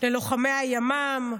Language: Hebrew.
ללוחמי הימ"מ,